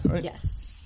Yes